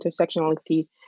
intersectionality